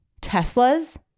Tesla's